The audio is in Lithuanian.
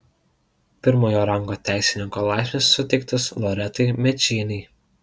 pirmojo rango teisininko laipsnis suteiktas loretai mėčienei